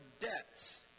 debts